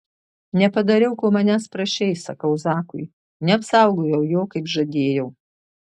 nepadariau ko manęs prašei sakau zakui neapsaugojau jo kaip žadėjau